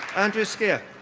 andrew skea.